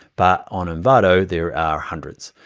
but on envato there are hundreds.